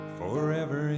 forever